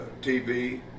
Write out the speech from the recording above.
TV